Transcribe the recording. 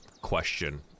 question